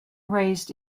raised